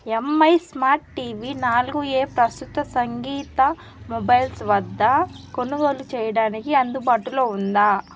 MI smart TV నాలుగు ఏ ప్రస్తుత సంగీత మొబైల్స్ వద్ద కొనుగోలు చేయడానికి అందుబాటులో ఉందా